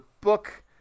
book